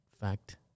fact